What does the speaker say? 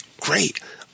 Great